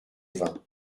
vingt